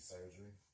surgery